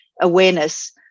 awareness